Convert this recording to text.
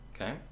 Okay